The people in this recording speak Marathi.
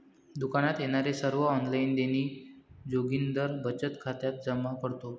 दुकानात येणारे सर्व ऑनलाइन देणी जोगिंदर बचत खात्यात जमा करतो